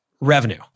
revenue